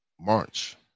march